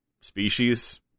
species